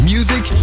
Music